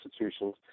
institutions